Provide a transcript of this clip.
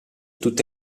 tutte